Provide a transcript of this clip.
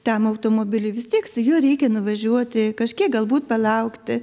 tam automobiliui vis tiek su juo reikia nuvažiuoti kažkiek galbūt palaukti